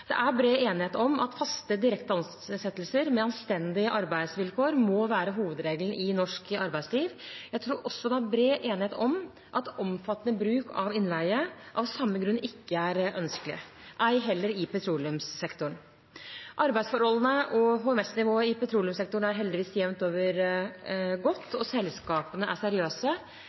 Det er bred enighet om at faste, direkte ansettelser, med anstendige arbeidsvilkår, må være hovedregelen i norsk arbeidsliv. Jeg tror også det er bred enighet om at omfattende bruk av innleie av samme grunn ikke er ønskelig, ei heller i petroleumssektoren. Arbeidsforholdene og HMS-nivået i petroleumssektoren er heldigvis jevnt over gode, og selskapene er seriøse.